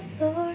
Lord